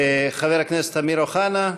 חבר הכנסת אמיר אוחנה,